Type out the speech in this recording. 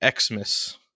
Xmas